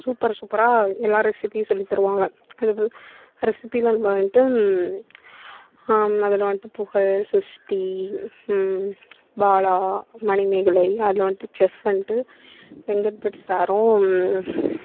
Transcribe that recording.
super சூப்பராக எல்லா ரெசிபியும் சொல்லித் தருவாங்க அது ரெசிபிகள் வன்ட்டு அதில் வன்ட்டு புகழ் சிருஷ்டி பாலா மணிமேகலை அதில் வன்ட்டு செஃப் வன்ட்டு வெங்கட் பட் சாரும்